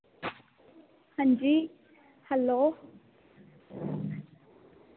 हां जी हैलो